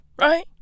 Right